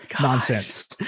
nonsense